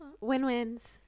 win-wins